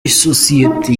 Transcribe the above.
isosiyete